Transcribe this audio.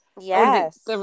Yes